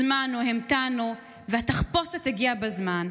הזמנו, המתנו, והתחפושת הגיעה בזמן.